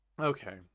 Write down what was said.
Okay